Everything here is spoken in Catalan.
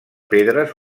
pedres